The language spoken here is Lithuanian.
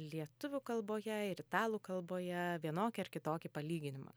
lietuvių kalboje ir italų kalboje vienokį ar kitokį palyginimą